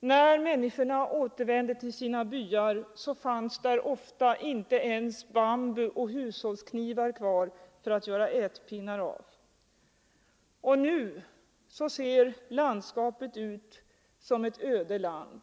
När människorna återvände till byarna fanns där ofta inte ens bambu och hushållsknivar så att man kunde tillverka ätpinnar. Nu ser landskapet ut som ett öde land.